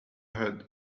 heard